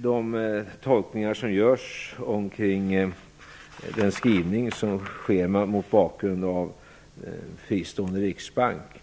De tolkningar om total reträtt eller total framgång som Tobisson och Lönnroth omedelbart kasserar in av skrivningen om en fristående riksbank